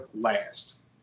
last